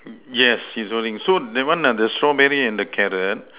y~ yes he's holding so that one are the strawberry and carrot